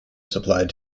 supplied